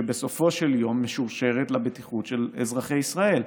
שבסופו של יום משורשרת לבטיחות של אזרחי ישראל.